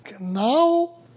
Now